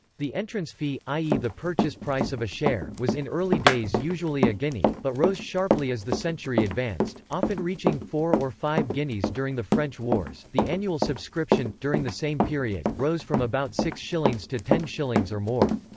the entrance fee, i e. the purchase price of a share, was in early days usually a guinea, but rose sharply as the century advanced, often reaching four or five guineas during the french wars the annual subscription, during the same period, rose from about six shillings to ten shillings or more.